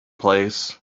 place